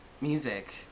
music